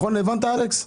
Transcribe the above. הבנת אלכס?